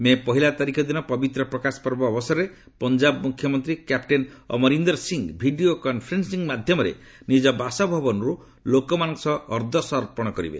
ମେ ପହିଲା ତାରିଖ ଦିନ ପବିତ୍ର ପ୍ରକାଶ ପର୍ବ ଅବସରରେ ପଞ୍ଜାବ ମୁଖ୍ୟମନ୍ତ୍ରୀ captain Amarinder Singh video conferencing ମାଧ୍ୟମରେ ନିଜ ବାସଭବନରୁ ଲୋକମାନଙ୍କ ସହ ଅର୍ଦ୍ଦଶ ଅର୍ପଣ କରିବେ